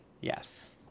Yes